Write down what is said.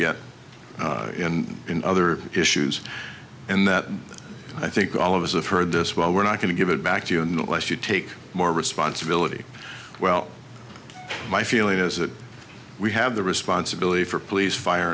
get in other issues and that i think all of us have heard this well we're not going to give it back to you unless you take more responsibility well my feeling is that we have the responsibility for police fire